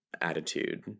attitude